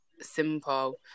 simple